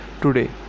Today